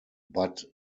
but